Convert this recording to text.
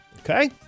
Okay